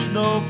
no